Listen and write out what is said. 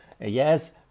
yes